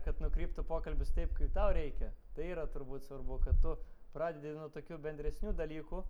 kad nukryptų pokalbis taip kaip tau reikia tai yra turbūt svarbu kad tu pradedi nuo tokių bendresnių dalykų